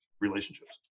relationships